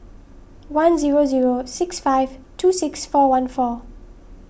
one zero zero six five two six four one four